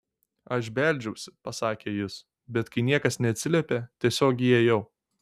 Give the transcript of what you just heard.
aš beldžiausi pasakė jis bet kai niekas neatsiliepė tiesiog įėjau